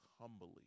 humbly